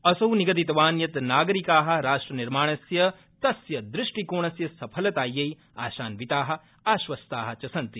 असौ निगदितवान् यत् नागरिका राष्ट्रनिर्माणस्य तस्य द्रष्टिकोणस्य सफलतायै आशान्विता आश्वस्ता च सन्ति